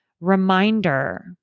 reminder